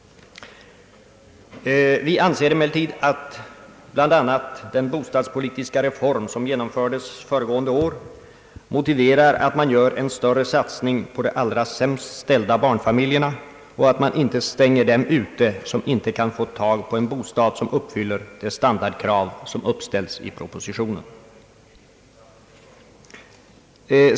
Vi anser emellertid att bl.a. den bostadspolitiska reform som genomfördes föregående år motiverar att man gör en större satsning på de allra sämst ställda barnfamiljerna och att man inte stänger dem ute som inte kan få tag på en bostad som uppfyller det standardkrav som uppställts i propositionen.